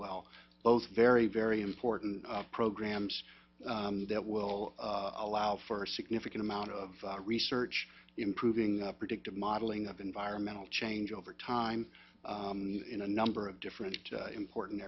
well both very very important programs that will allow for a significant amount of research improving predictive modeling of environmental change over time in a number of different important